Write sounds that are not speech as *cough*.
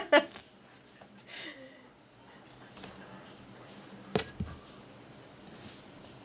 *laughs* *breath*